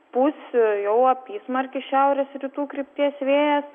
pūs jau apysmarkis šiaurės rytų krypties vėjas